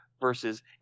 versus